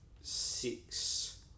six